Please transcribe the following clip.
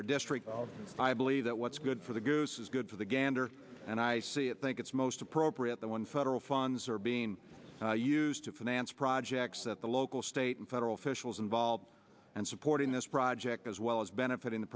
our district i believe that what's good for the goose is good for the gander and i see it think it's most appropriate that one federal funds are being used to finance projects at the local state and federal officials involved and supporting this project as well as benefiting the